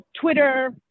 Twitter